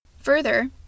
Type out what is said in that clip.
Further